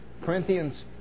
Corinthians